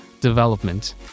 development